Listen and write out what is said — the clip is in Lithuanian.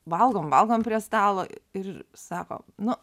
valgom valgom prie stalo ir sako nu